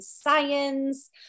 science